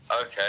Okay